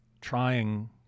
trying